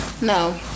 No